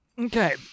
Okay